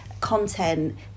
content